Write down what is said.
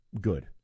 Good